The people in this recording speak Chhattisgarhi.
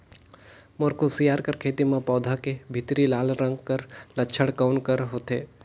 मोर कुसियार कर खेती म पौधा के भीतरी लाल रंग कर लक्षण कौन कर होथे?